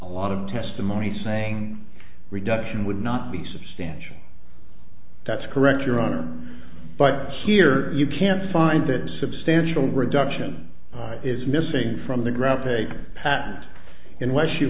a lot of testimony saying reduction would not be substantial that's correct your honor but here you can't find a substantial reduction is missing from the graphic pat unless you